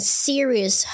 serious